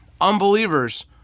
unbelievers